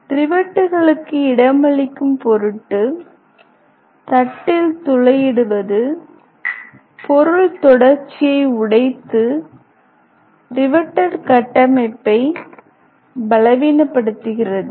ரிவெட்டுகளுக்கு இடமளிக்கும் பொருட்டு தட்டில் துளையிடுவது பொருள் தொடர்ச்சியை உடைத்து ரிவேட்டேட் கட்டமைப்பை பலவீனப்படுத்துகிறது